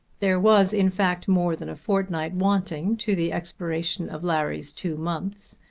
there was in fact more than a fortnight wanting to the expiration of larry's two months,